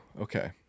Okay